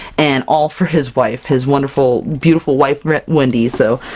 and all for his wife! his wonderful, beautiful wife wre wendy, so,